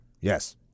Yes